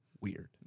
weird